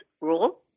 rule